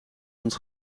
ons